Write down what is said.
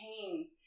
pain